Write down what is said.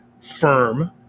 firm